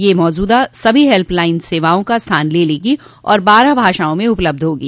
यह मौजूदा सभी हेल्पलाइन सेवाओं का स्थान ले लेगी और बारह भाषाओं में उपलब्ध होगी